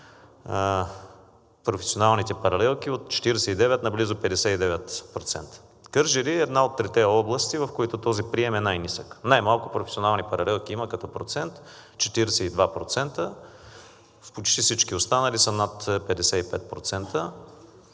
професионалните паралелки от 49% на близо 59%. Кърджали е една от трите области, в които този прием е най нисък. Най-малко професионални паралелки има като процент, 42%. В почти всички останали са над 55%.